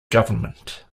government